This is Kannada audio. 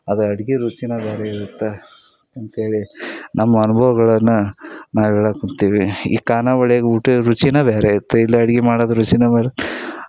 ಅದು ಅಡ್ಗೆ ರುಚಿನೇ ಬೇರೆ ಇರುತ್ತೆ ಅಂತೇಳಿ ನಮ್ಮ ಅನುಭವಗಳನ್ನ ನಾವು ಹೇಳಕ್ ಹೋಗ್ತೀವಿ ಈ ಖಾನಾವಳ್ಯಗೆ ಊಟದ ರುಚಿನೇ ಬೇರೆ ಐತೆ ಇಲ್ಲಿ ಅಡಿಗೆ ಮಾಡೋದ್ ರುಚಿನೇ ಬೇರೆ